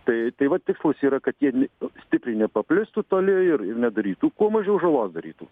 tai tai va tikslas yra kad jie ne stipriai nepaplistų toli ir nedarytų kuo mažiau žalos darytų